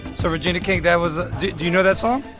so regina king, that was do you know that song?